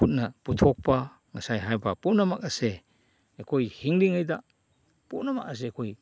ꯄꯨꯟꯅ ꯄꯨꯊꯣꯛꯄ ꯉꯁꯥꯏ ꯍꯥꯏꯕ ꯄꯨꯝꯅꯃꯛ ꯑꯁꯦ ꯑꯩꯈꯣꯏ ꯍꯤꯡꯂꯤꯉꯩꯗ ꯄꯨꯝꯅꯃꯛ ꯑꯁꯦ ꯑꯩꯈꯣꯏ